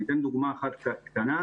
אני אתן דוגמה אחת קטנה.